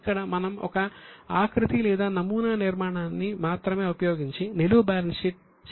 ఇక్కడ మనం ఒక ఆకృతి లేదా నమూనా నిర్మాణాన్ని మాత్రమే ఉపయోగించి నిలువు బ్యాలెన్స్ షీట్ చేయడానికి ప్రయత్నిస్తాము